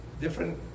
different